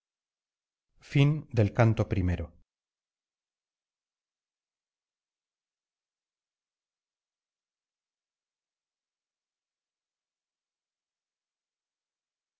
euríbates canto primero